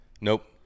Nope